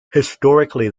historically